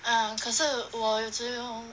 ah 可是我只有